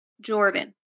Jordan